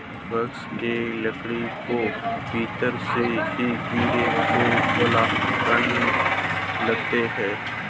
वृक्ष के लकड़ी को भीतर से ही कीड़े खोखला करने लगते हैं